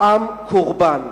עם קורבן.